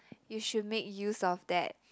you should make use of that